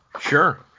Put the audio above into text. sure